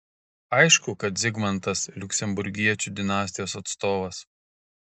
aišku kad zigmantas liuksemburgiečių dinastijos atstovas